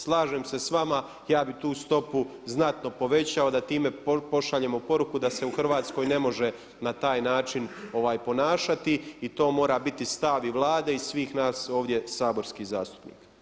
Slažem se s vama, ja bih tu stopu znatno povećao da time pošaljemo poruku da se u Hrvatskoj ne može na taj način ponašati i to mora biti stav i Vlade i svih nas ovdje saborskih zastupnika.